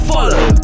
Follow